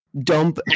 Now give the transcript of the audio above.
dump